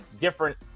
different